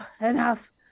enough